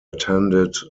attended